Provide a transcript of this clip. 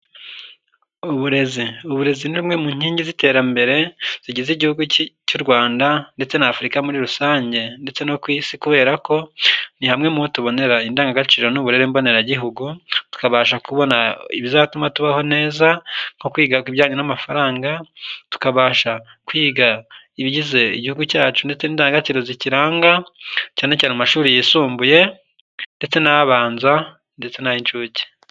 Uburezi. Uburezi ni imwe mu nkingi z'iterambere zigize igihugu cy'u rwanda ndetse na'afurika muri rusange ndetse no ku isi, kubera ko ni hamwe muho tubonera indangagaciro n'uburere mboneragihugu, tukabasha ibizatuma tubaho neza nko kwiga ibijyanye n'amafaranga, tukabasha kwiga ibigize igihugu cyacu ndetse n'indangagaciro zikiranga, cyane cyane amashuri yisumbuye ndetse n'abanza ndetse n'ay'incuke.